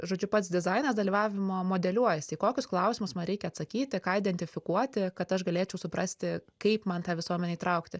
žodžiu pats dizainas dalyvavimo modeliuojasi į kokius klausimus man reikia atsakyti ką identifikuoti kad aš galėčiau suprasti kaip man tą visuomenę įtraukti